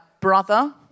brother